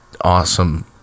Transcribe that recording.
Awesome